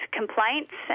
complaints